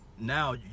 now